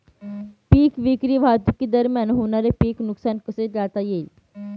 पीक विक्री वाहतुकीदरम्यान होणारे पीक नुकसान कसे टाळता येईल?